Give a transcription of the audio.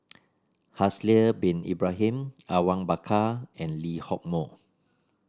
Haslir Bin Ibrahim Awang Bakar and Lee Hock Moh